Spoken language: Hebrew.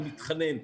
אני מתחנן,